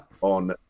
on